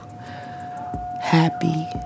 happy